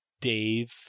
Dave